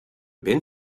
been